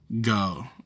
go